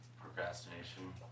procrastination